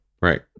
Right